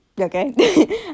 Okay